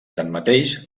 tanmateix